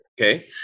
Okay